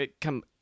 come